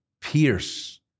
pierce